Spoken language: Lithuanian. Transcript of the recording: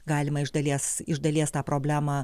galima iš dalies iš dalies tą problemą